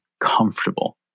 comfortable